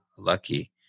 lucky